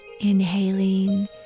Inhaling